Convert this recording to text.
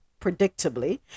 Predictably